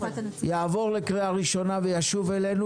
יעבור לקריאה ראשונה וישוב אלינו.